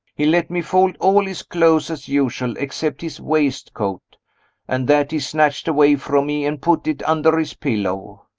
he let me fold all his clothes, as usual, except his waistcoat and that he snatched away from me, and put it under his pillow.